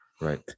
Right